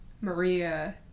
maria